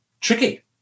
tricky